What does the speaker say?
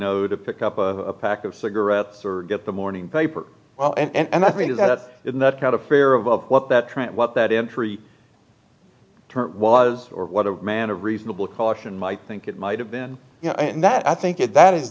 know to pick up a pack of cigarettes or get the morning paper well and i mean is that in that kind of fear of what that trent what that entry term was or what a man of reasonable caution might think it might have been you know and that i think it that is